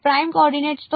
primed coordinates